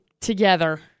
together